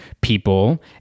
people